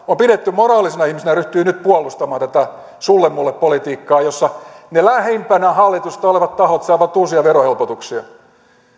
on pidetty moraalisena ihmisenä ryhtyi nyt puolustamaan tätä sulle mulle politiikkaa jossa ne lähimpänä hallitusta olevat tahot saavat uusia verohelpotuksia